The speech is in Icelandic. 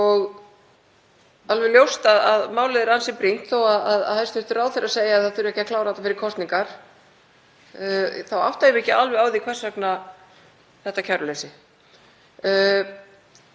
og alveg ljóst að málið er ansi brýnt. Þó að hæstv. ráðherra segi að það þurfi ekki að klára þetta fyrir kosningar þá átta ég mig ekki alveg á því hvers vegna þetta kæruleysi